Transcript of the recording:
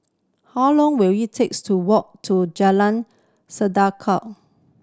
how long will it takes to walk to Jalan